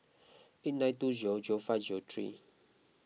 eight nine two zero zero five zero three